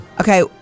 Okay